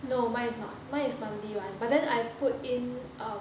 no mine is not mine is monthly one but then I put in err